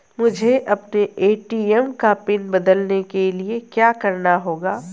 मुझे अपने ए.टी.एम का पिन बदलने के लिए क्या करना होगा?